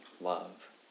love